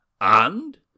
And